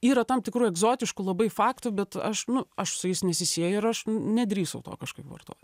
yra tam tikrų egzotiškų labai faktų bet aš nu aš su jais nesisieju aš nedrįsau to kažkaip vartot